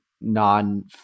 non